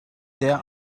there